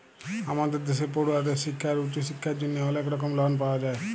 আমাদের দ্যাশে পড়ুয়াদের শিক্খা আর উঁচু শিক্খার জ্যনহে অলেক রকম লন পাওয়া যায়